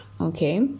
okay